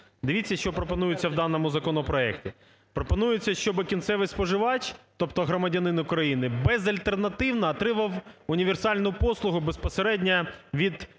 Дивіться, що пропонується в даному законопроекті. Пропонується, щоб кінцевий споживач, тобто громадянин України, безальтернативно отримав універсальну послугу безпосередньо від